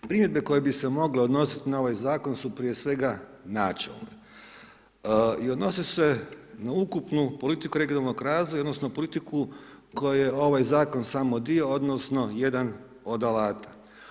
Primjedbe koje bi se mogle odnosit na ovaj Zakon, su prije svega načelne i odnose se na ukupnu politiku regionalnog razvoja, odnosno politiku kojoj je ovaj Zakon samo dio, odnosno jedan od alata.